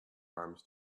arms